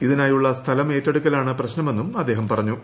ഇതിനായുള്ള സ്ഥലം ഏറ്റെടുക്കലാണ് പ്രശ്നമെന്നും അദ്ദേഹം പറഞ്ഞു